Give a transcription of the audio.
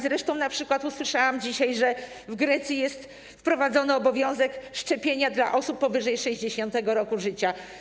Zresztą np. usłyszałam dzisiaj, że w Grecji jest wprowadzony obowiązek szczepienia dla osób powyżej 60. roku życia.